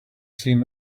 seen